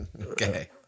Okay